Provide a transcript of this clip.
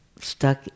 stuck